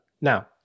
Now